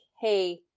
hey